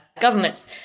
governments